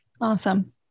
Awesome